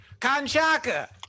Kanchaka